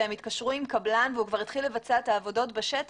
והם התקשרו עם קבלן והוא כבר התחיל לבצע את הפעולות בשטח,